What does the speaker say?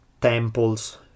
temples